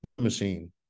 machine